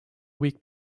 week